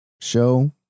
show